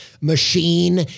machine